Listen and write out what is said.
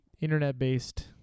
internet-based